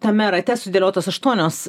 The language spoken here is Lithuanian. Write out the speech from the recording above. tame rate sudėliotos aštuonios